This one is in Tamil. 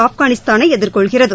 ஆப்கானிஸ்தானை எதிர்கொள்கிறது